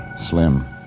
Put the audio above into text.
slim